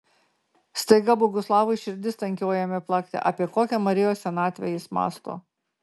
staiga boguslavui širdis tankiau ėmė plakti apie kokią marijos senatvę jis mąsto